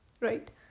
right